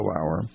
Hour